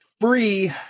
free